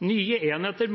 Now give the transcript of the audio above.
Nye enheter